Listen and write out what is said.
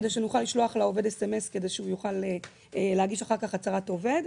שנוכל לשלוח לעובד סמס כדי שהוא יוכל להגיש אחר כך הצהרת עובד,